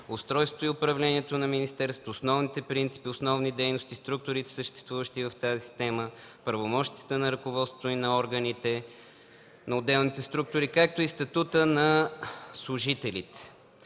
устройството и управлението на министерството, основните принципи, основните дейности, структурите, съществуващи в тази система, правомощията на ръководството и на органите на отделните структури, както и статута на служителите.